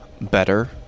better